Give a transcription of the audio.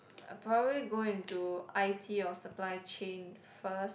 I probably go into i_t or supply chain first